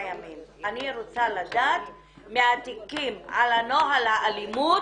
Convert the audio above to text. ימים אני רוצה לדעת מהתיקים על נוהל אלימות,